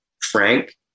Frank